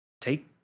take